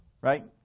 Right